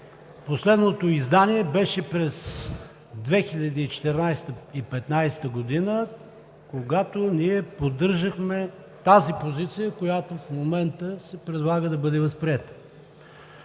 Последното издание беше през 2014 – 2015 г., когато ние поддържахме тази позиция, която в момента се предлага да бъде възприета.